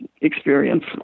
experience